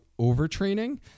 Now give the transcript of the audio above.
overtraining